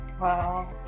Wow